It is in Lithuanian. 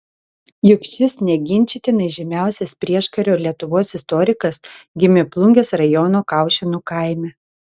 juk šis neginčytinai žymiausias prieškario lietuvos istorikas gimė plungės rajono kaušėnų kaime